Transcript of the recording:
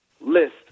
list